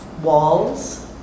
walls